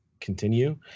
continue